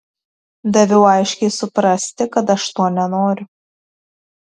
daviau aiškiai suprasti kad aš to nenoriu